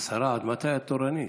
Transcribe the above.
השרה, עד מתי את תורנית?